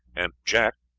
and jack,